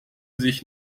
sich